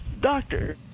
doctor